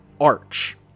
arch